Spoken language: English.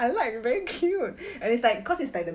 I like very cute and it's like cause it's like the